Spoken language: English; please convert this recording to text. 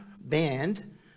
band